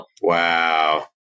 Wow